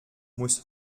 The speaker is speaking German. muss